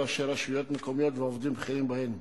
ראשי רשויות מקומיות ועובדים בכירים בהן,